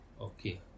okay